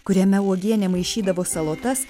kuriame uogienė maišydavo salotas